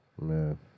Man